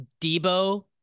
debo